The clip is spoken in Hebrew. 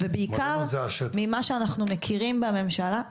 ובעיקר ממה שאנחנו מכירים בממשלה,